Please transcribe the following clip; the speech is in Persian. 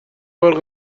بار